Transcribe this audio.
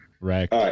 right